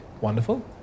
Wonderful